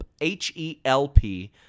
H-E-L-P